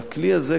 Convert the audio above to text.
והכלי הזה,